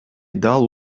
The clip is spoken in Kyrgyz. дал